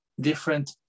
Different